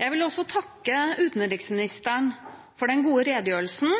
Jeg vil også takke utenriksministeren for den gode redegjørelsen,